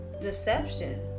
deception